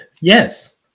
Yes